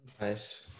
Nice